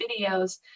videos